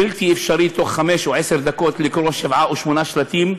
בלתי אפשרי בתוך חמש או עשר דקות לקרוא שבעה או שמונה שלטים,